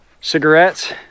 cigarettes